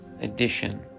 edition